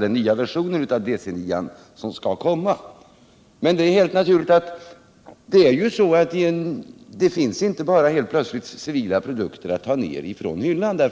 den nya version av DC 9 som skall komma. Men helt naturligt finns det ju inte helt plötsligt civila projekt att ta ner från hyllan.